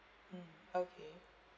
mm okay